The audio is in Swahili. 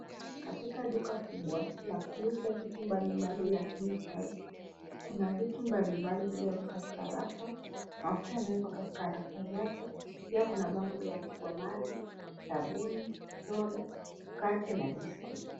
Katika duka kubwa la kuuza vitu mbalimbali la cleanshelf , kuna vitu mbalimbali vilivyo katika rafa. Mafuta yamewekwa katika rafa zake. Pia kuna bango limeandikwa maji, sabuni , soda, mkate na biscuit .